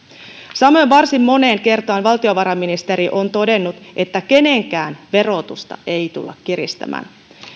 samoin varsin moneen kertaan valtiovarainministeri on todennut että kenenkään verotusta ei tulla kiristämään